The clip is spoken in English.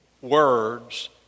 words